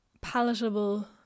palatable